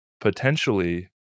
potentially